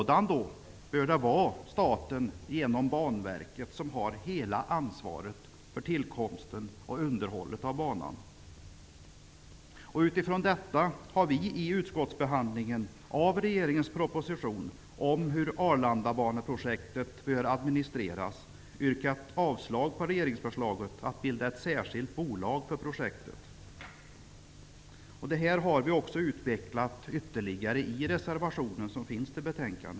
Därför bör det vara staten, genom Banverket, som har hela ansvaret för tillkomsten och underhållet av banan. Med utgångspunkt i detta har vi vid utskottsbehandlingen av regeringens proposition om hur projektet med Arlandabanan bör administreras yrkat avslag på regeringsförslaget om att bilda ett särskilt bolag för projektet. Detta har vi utvecklat ytterligare i vår reservationen.